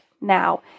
now